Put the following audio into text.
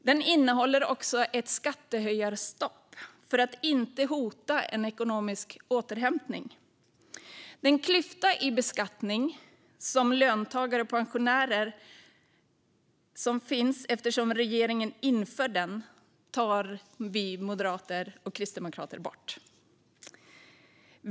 Den innehåller också ett skattehöjarstopp för att inte hota en ekonomisk återhämtning. Den klyfta i beskattning som finns mellan löntagare och pensionärer eftersom regeringen inför den tar vi moderater och kristdemokrater bort.